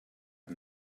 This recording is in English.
and